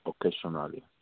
occasionally